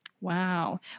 Wow